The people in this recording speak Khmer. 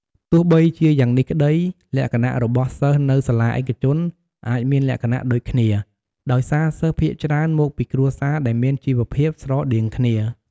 ទោះបីជាយ៉ាងនេះក្តី លក្ខណៈរបស់សិស្សនៅសាលាឯកជនអាចមានលក្ខណៈដូចគ្នា ដោយសារសិស្សភាគច្រើនមកពីគ្រួសារដែលមានជីវភាពស្រដៀងគ្នា។